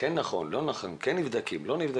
כן נכון או לא נכון, כן נבדקים או לא נבדקים,